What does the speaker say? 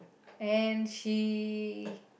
and she